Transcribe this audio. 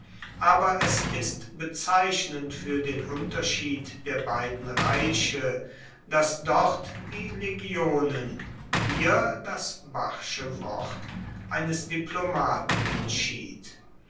aber es ist bezeichnend fuer den unterschied der beiden reiche dass dort die legionen hier das barsche wort eines diplomaten entschied